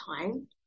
time